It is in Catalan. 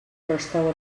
restava